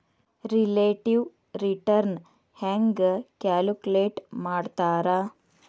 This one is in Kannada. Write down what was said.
ರಿಲೇಟಿವ್ ರಿಟರ್ನ್ ಹೆಂಗ ಕ್ಯಾಲ್ಕುಲೇಟ್ ಮಾಡ್ತಾರಾ